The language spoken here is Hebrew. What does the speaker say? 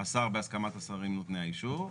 בהסכמת השרים נותני האישור.